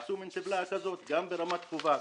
גם ברמת חובב.